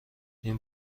این